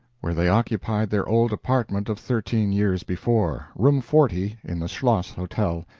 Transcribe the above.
where they occupied their old apartment of thirteen years before, room forty, in the schloss hotel,